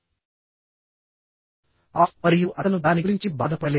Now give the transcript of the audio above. of మరియు అతను దాని గురించి బాధపడలేదు